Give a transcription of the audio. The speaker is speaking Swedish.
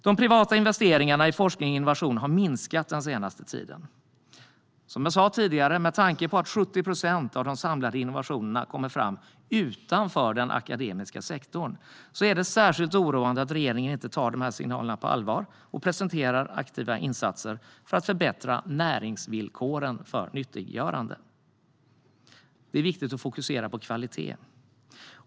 De privata investeringarna i forskning och innovation har minskat den senaste tiden. Med tanke på att 70 procent av de samlade innovationerna kommer fram utanför den akademiska sektorn är det särskilt oroande att regeringen inte tar dessa signaler på allvar och presenterar aktiva insatser för att förbättra näringsvillkoren för nyttiggörande. Det är viktigt att fokusera på kvalitet.